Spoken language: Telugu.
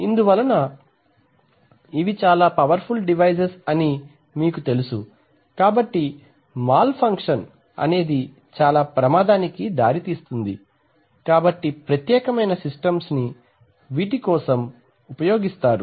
ఇందువలన ఇవి చాలా పవర్ ఫుల్ డివైజెస్ అని మీకు తెలుసు కాబట్టి మాల్ ఫంక్షన్ అనేది చాలా ప్రమాదానికి దారి తీస్తుంది కాబట్టి ప్రత్యేకమైన సిస్టమ్స్ వీటి కోసం ఉపయోగిస్తారు